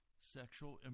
Sexual